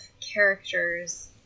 characters